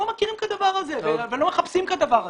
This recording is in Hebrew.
לא מכירים את הדבר הזה ולא מחפשים את הדבר הזה.